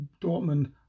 Dortmund